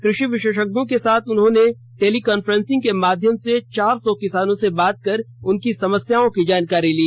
कृषि विशेषज्ञों के साथ उन्होंने टेलीकांफ्रेंसिंग के माध्यम से चार सौ किसानों से बात कर उनकी समस्याओं की जानकारी ली